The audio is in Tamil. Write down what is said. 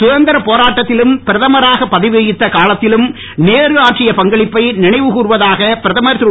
சுந்திர போராடத்திலும் பிரதமராக பதவி வகித்த காலத்திலும் நேரு ஆற்றிய பங்களிப்பை நினைவு கூர்வதாக பிரதமர் திரு